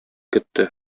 көтте